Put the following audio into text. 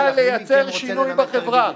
מי מכם רוצה לנמק את הרביזיות.